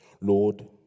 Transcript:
Lord